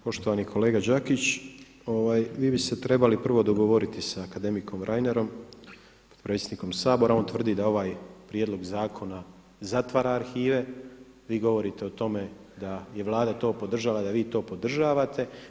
Poštovani kolega Đakić, vi bi ste se trebali prvo dogovoriti sa akademikom Reinerom, potpredsjednikom Sabora, on tvrdi da ovaj prijedlog zakona zatvara arhive, vi govorite o tome da je Vlada to podržala, da vi to podržavate.